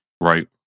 right